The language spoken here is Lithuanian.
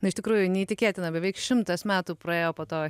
na iš tikrųjų neįtikėtina beveik šimtas metų praėjo po to